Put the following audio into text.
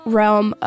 realm